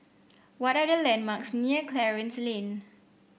what are the landmarks near Clarence Lane